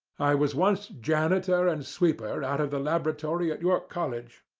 i was once janitor and sweeper out of the laboratory at york college.